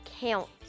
counts